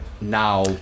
now